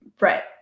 right